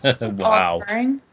Wow